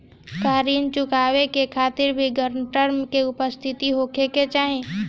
का ऋण चुकावे के खातिर भी ग्रानटर के उपस्थित होखे के चाही?